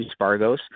Spargos